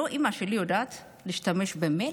נו, אימא שלי יודעת להשתמש במייל?